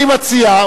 אני מציע,